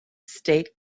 state